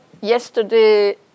yesterday